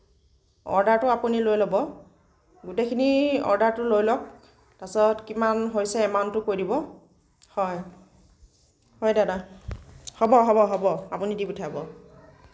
অৰ্ডাৰটো আপুনি লৈ ল'ব গোটেইখিনি অৰ্ডাৰটো লৈ লওঁক তাৰপিছত কিমান হৈছে এমাউণ্টটো কৈ দিব হয় হয় দাদা হ'ব হ'ব হ'ব আপুনি দি পঠিয়াব